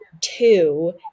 two